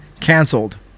canceled